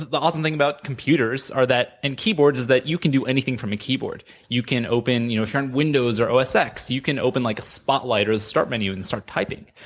the awesome thing about computers are that and keyboards, is that you can do anything from a keyboard. you can open your current windows, or or osx. you can open like a spotlight or the start menu and start typing.